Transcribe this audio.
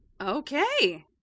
Okay